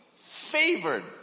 favored